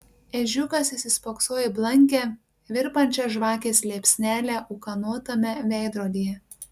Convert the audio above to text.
ežiukas įsispoksojo į blankią virpančią žvakės liepsnelę ūkanotame veidrodyje